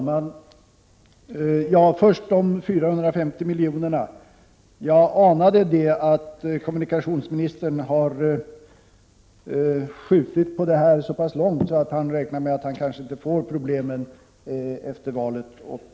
Herr talman! Först några ord om de 450 miljonerna. Jag anade att kommunikationsministern har skjutit ställningstagandet till detta så långt framåt att han kanske inte behöver ta ställning till problemet efter valet i år.